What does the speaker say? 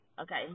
Okay